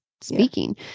speaking